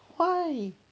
喂